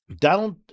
Donald